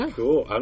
cool